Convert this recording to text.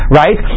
right